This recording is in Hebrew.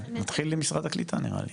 כן, נתחיל עם משרד הקליטה נראה לי.